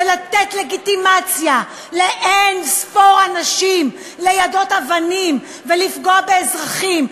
זה לתת לגיטימציה לאין-ספור אנשים ליידות אבנים ולפגוע באזרחים,